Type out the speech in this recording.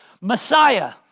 Messiah